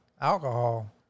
alcohol